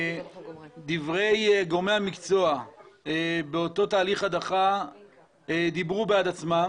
דברי גורמי המקצוע באותו תהליך הדחה דיברו בעד עצמם